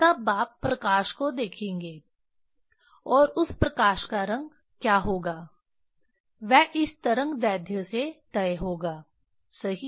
तब आप प्रकाश को देखेंगे और उस प्रकाश का रंग क्या होगा वह इस तरंगदैर्ध्य से तय होगा सही